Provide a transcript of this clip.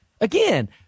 Again